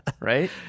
Right